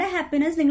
happiness